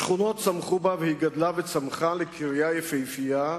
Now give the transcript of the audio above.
שכונות צמחו בה, והיא גדלה וצמחה לקריה יפהפייה,